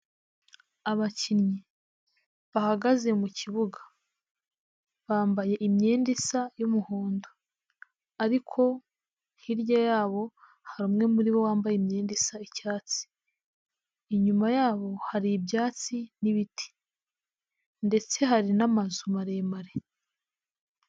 Abakinnyi bahagaze mu kibuga bambaye imyenda isa y'umuhondo ariko hirya yabo hari umwe muri bo wambaye imyenda isa icyatsi, inyuma yabo hari ibyatsi n'ibiti ndetse hari n'amazu maremare.